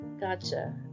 Gotcha